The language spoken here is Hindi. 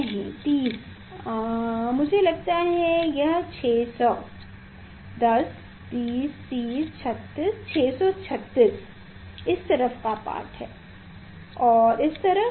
30 नहीं मुझे लगता है कि यह 600 10 20 30 36 636 इस तरफ का पाठ है और इस तरफ